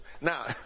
now